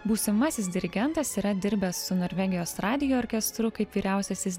būsimasis dirigentas yra dirbęs su norvegijos radijo orkestru kaip vyriausiasis